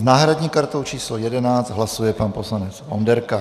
S náhradní kartou číslo 11 hlasuje pan poslanec Onderka.